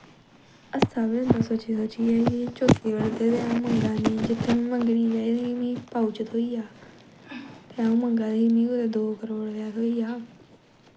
हास्सा बी औंदी सोची सोचियै कि चौथी पढ़दे गा अऊं मंगा नी जे मिगी मंगनी चाही दी जे मिगी पाऊच थ्होई जा ते अऊं मंगा दी के मिगी कुतै दऊं करोड़ रपेआ थ्होई जा